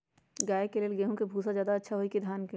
गाय के ले गेंहू के भूसा ज्यादा अच्छा होई की धान के?